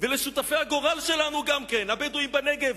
ולשותפי הגורל שלנו, הבדואים בנגב,